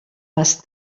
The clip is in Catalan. les